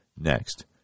next